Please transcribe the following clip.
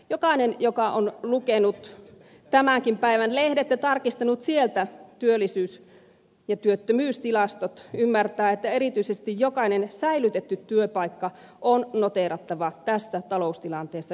jokainen joka on lukenut tämänkin päivän lehdet ja tarkistanut sieltä työllisyys ja työttömyystilastot ymmärtää että erityisesti jokainen säilytetty työpaikka on noteerattava tässä taloustilanteessa myöskin